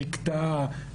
חיכתה,